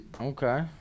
Okay